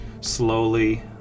slowly